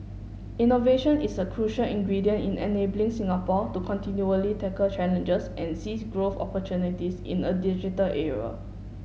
innovation is a crucial ingredient in enabling Singapore to continually tackle challenges and seize growth opportunities in a digital era